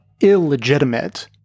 illegitimate